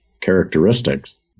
characteristics